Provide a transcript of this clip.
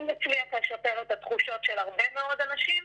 אם נצליח לשפר את התחושות של הרבה מאוד אנשים,